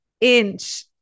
inch